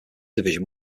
division